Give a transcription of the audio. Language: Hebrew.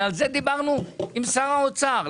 ועל זה דיברנו עם שר האוצר.